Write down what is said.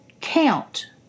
count